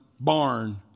barn